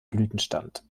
blütenstand